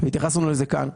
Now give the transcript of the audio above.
והתייחסנו לזה כאן.